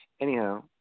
Anyhow